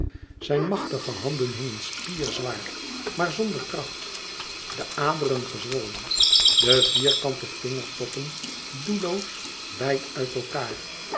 zijn machtige handen hingen spierzwaar maar zonder kracht de aderen gezwollen de vierkante vingertoppen doelloos wijd uit elkaâr